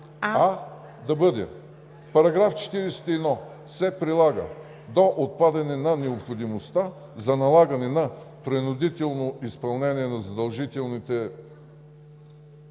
да бъде: „Параграф 41 се прилага до отпадане на необходимостта за налагане на принудително изпълнение на задължителните…“